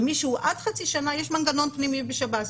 למי שנשפט לעד חצי שנה יש מנגנון פנימי בשב"ס.